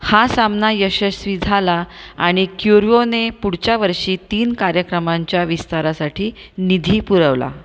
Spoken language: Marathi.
हा सामना यशस्वी झाला आणि क्युर्वोने पुढच्या वर्षी तीन कार्यक्रमांच्या विस्तारासाठी निधी पुरवला